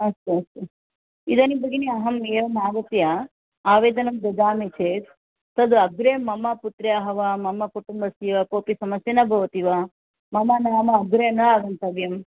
अस्तु अस्तु इदानीं भगिनि अहम् एवम् आगत्य आवेदनं ददामि चेत् तद् अग्रे मम पुत्र्याः वा मम कुटुम्बस्य वा कोऽपि समस्या न भवति वा मम नाम अग्रे न आगन्तव्यम्